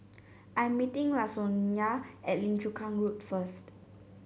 I am meeting Lasonya at Lim Chu Kang Road first